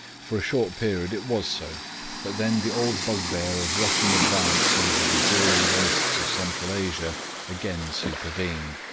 for a short period it was so but then the old bugbear of russian advance over the dreary wastes of central asia again supervened,